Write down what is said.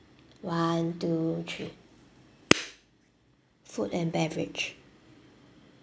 one two three food and beverage